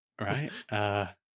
Right